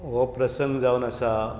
हो प्रसंग जावन आसा